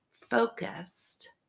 focused